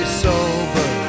sober